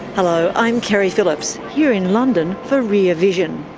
hello, i'm keri phillips, here in london for rear vision.